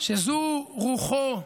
שזו רוחו,